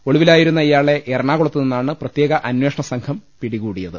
ഒളിവിലായിരുന്ന ഇയാളെ എറണാകു ളത്തു നിന്നാണ് പ്രത്യേക അന്വേഷണസംഘം പിടികൂടിയത്